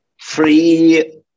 free